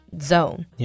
zone